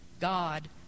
God